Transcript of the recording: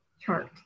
chart